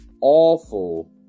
awful